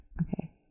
Okay